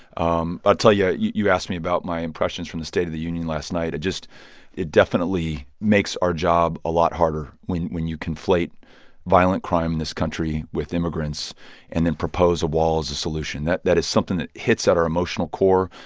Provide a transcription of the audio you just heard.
um ah tell yeah you you asked me about my impressions from the state of the union last night. it just it definitely makes our job a lot harder when when you conflate violent crime in this country with immigrants and then propose a wall as a solution. that that is something that hits at our emotional core.